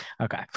Okay